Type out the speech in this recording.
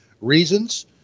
Reasons